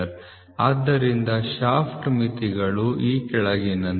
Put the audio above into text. ಆದ್ದರಿಂದ ಶಾಫ್ಟ್ ಮಿತಿಗಳು ಈ ಕೆಳಗಿನಂತಿವೆ